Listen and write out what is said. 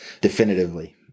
definitively